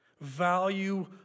value